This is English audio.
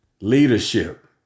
leadership